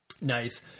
Nice